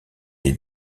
des